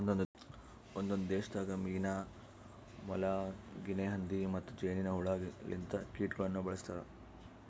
ಒಂದೊಂದು ದೇಶದಾಗ್ ಮೀನಾ, ಮೊಲ, ಗಿನೆ ಹಂದಿ ಮತ್ತ್ ಜೇನಿನ್ ಹುಳ ಲಿಂತ ಕೀಟಗೊಳನು ಬಳ್ಸತಾರ್